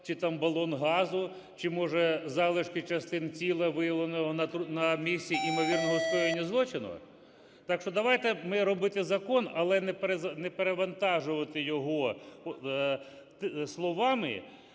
чи там балон газу, чи, може, залишки частин тіла, виявленого на місці ймовірного скоєння злочину? Так що давайте ми робити закон, але не перевантажувати його словами,